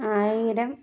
ആയിരം